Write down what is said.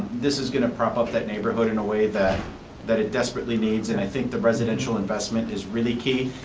this is gonna prop up that neighborhood in a way that that it desperately needs and i think the residential investment is really key.